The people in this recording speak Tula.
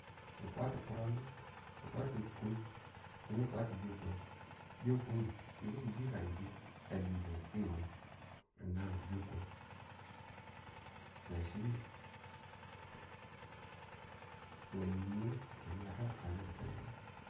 ng fwa ti kurangu, ng fwa ti kum yinu ng fwa ti bekum, bekum nubu ki̱ bi ka yibi a bi̱bu si we ki̱n nan bekum nachi nan yinu nimadiu tu a loki̱tule.